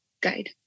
guide